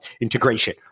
integration